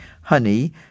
honey